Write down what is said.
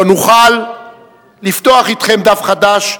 לא נוכל לפתוח אתכם דף חדש,